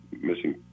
missing